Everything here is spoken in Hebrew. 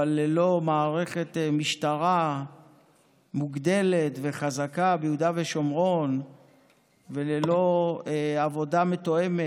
אבל ללא מערכת משטרה מוגדלת וחזקה ביהודה ושומרון וללא עבודה מתואמת